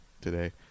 today